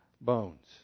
bones